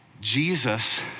Jesus